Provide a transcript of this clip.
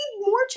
more